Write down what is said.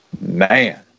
Man